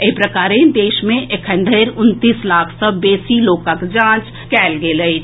एहि प्रकार देश मे एखन धरि उनतीस लाख सँ बेसी लोकक जांच कएल गेल अछि